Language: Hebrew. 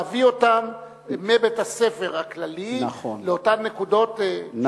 להביא אותם מבית-הספר הכללי לאותן נקודות,